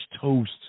toast